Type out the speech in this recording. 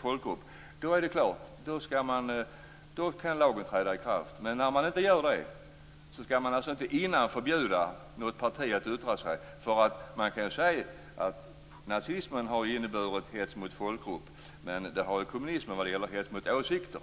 folkgrupp, då kan lagen träda i kraft. Men om man inte gör det skall man inte innan förbjuda något parti att yttra sig. Man kan ju säga att nazismen har inneburit hets mot folkgrupp. Men kommunismen har inneburit hets mot åsikter.